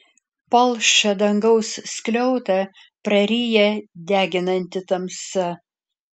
palšą dangaus skliautą praryja deginanti tamsa